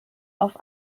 auf